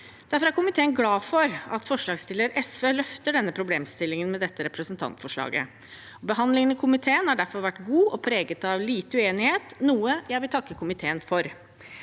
Derfor er komiteen glad for at forslagsstilleren SV løfter denne problemstillingen med dette representantforslaget. Behandlingen i komiteen har derfor vært god og preget av lite uenighet, noe jeg vil takke komiteen for.